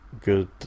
good